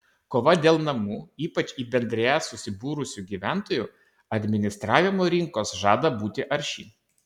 kova dėl namų ypač į bendrijas susibūrusių gyventojų administravimo rinkos žada būti arši